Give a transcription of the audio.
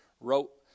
wrote